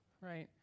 right